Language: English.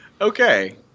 Okay